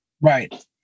Right